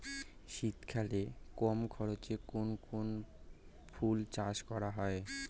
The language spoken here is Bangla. শীতকালে কম খরচে কোন কোন ফুল চাষ করা য়ায়?